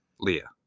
Leah